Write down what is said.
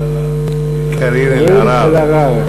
קארין אלהרר.